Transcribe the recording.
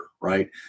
right